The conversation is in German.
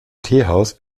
teehaus